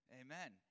Amen